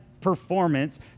performance